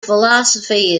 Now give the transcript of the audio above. philosophy